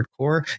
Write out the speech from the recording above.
hardcore